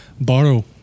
borrow